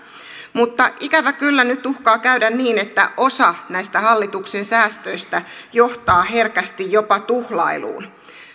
mutta ikävä kyllä nyt uhkaa käydä niin että osa näistä hallituksen säästöistä johtaa herkästi jopa tuhlailuun